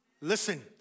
Listen